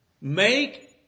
make